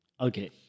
Okay